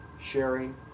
sharing